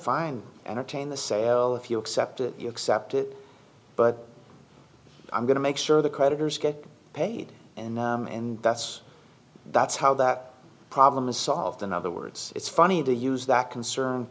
find entertain the say well if you accept it you accept it but i'm going to make sure the creditors get paid and i am and that's that's how that problem is solved in other words it's funny to use that concern